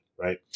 right